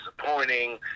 disappointing